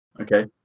Okay